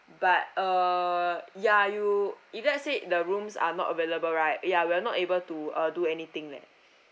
but uh ya you if let's say the rooms are not available right we are we're not able to uh do anything leh